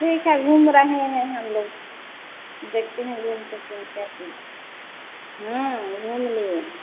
ठीक है घूम रहे हैं हम लोग देखते हैं घूम कर क्या हाँ घूम लिए